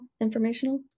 informational